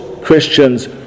Christians